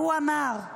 הוא אמר: